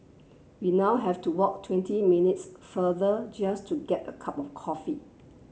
we now have to walk twenty minutes further just to get a cup of coffee